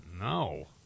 No